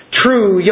true